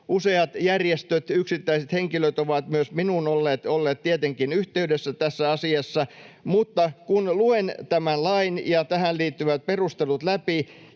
Useat järjestöt ja yksittäiset henkilöt ovat myös minuun olleet tietenkin yhteydessä tässä asiassa, mutta kun luen tämän lain ja tähän liittyvät perustelut läpi